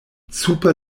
super